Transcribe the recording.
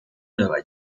nueva